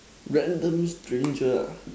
random stranger ah